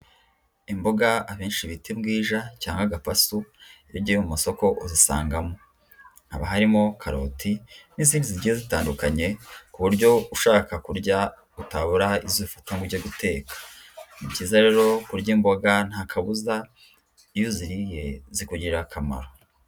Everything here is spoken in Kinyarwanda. Imboga abenshi bita imbwija cyangwa agapasu, iyo ugiye mu masoko uzisangamo. Haba harimo karoti n'izindi zigiye zitandukanye, ku buryo ushaka kurya utabura izo ufata ngo ujye guteka. Ni byiza rero kurya imboga, nta kabuza iyo uziriye zikugirira akamaro.